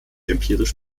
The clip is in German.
empirisch